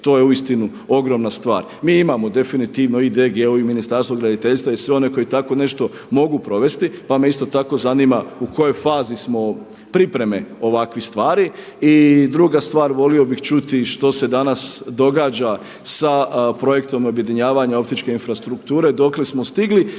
To je uistinu ogromna stvar. Mi imamo definitivno i DGO i Ministarstvo graditeljstva i sve one koji tako nešto mogu provesti, pa me isto tako zanima u kojoj fazi smo pripreme ovakvih stvari. I druga stvar, volio bih čuti što se danas događa sa projektom objedinjavanja optičke infrastrukture, dokle smo stigli